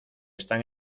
están